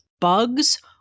bugs